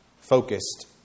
focused